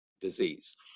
disease